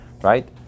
right